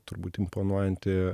turbūt imponuojanti